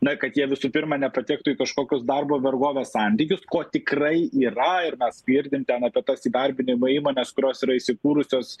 na kad jie visų pirma nepatektų į kažkokius darbo vergovės santykius ko tikrai yra ir mes girdim ten apie tas įdarbinimo įmones kurios yra įsikūrusios